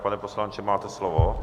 Pane poslanče, máte slovo.